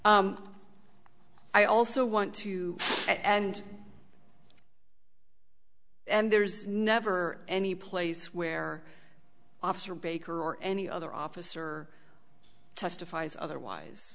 violation i also want to and and there's never any place where officer baker or any other officer testifies otherwise